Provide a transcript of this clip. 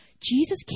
Jesus